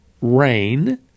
rain